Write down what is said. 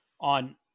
on